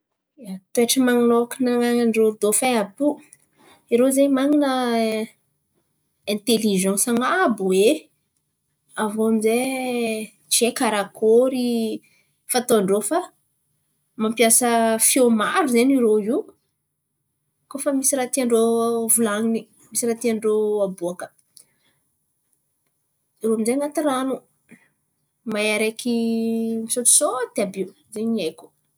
Toetry man̈okana hanan'irô dofin àby io, irô zen̈y man̈ana intelizensy an̈abo aviô ami'zay tsy hay karakôry fataon-drô fa mampiasa feo maro irô io koa fa misy raha tian-drô volan̈iny. Misy raha tian'irô aboàka irô ami'zay anaty ran̈o mahay araiky misôtisôty àby io.